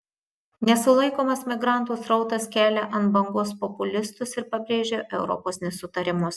nesulaikomas migrantų srautas kelia ant bangos populistus ir pabrėžia europos nesutarimus